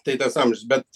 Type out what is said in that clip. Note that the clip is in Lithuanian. tai tas amžius bet